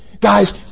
guys